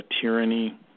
tyranny